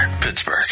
Pittsburgh